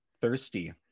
Thirsty